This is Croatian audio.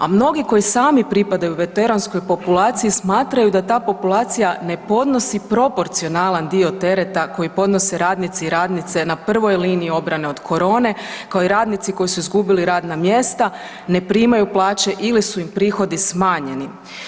A mnogi koji sami pripadaju veteranskoj populaciji smatraju da ta populacija ne podnosi proporcionalan dio tereta koji podnose radnici i radnice na prvoj liniji obrane od korone, kao i radnici koji su izgubili radna mjesta, ne primaju plaće ili su im prihodi smanjeni.